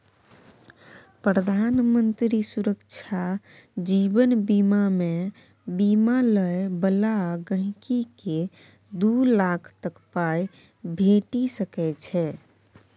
प्रधानमंत्री सुरक्षा जीबन बीमामे बीमा लय बला गांहिकीकेँ दु लाख तक पाइ भेटि सकै छै